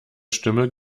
stimme